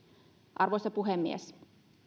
arvoisa puhemies